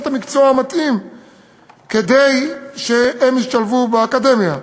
את המקצוע המתאים כדי שהם ישתלבו באקדמיה.